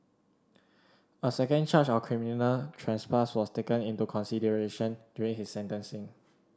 a second charge of criminal trespass was taken into consideration during his sentencing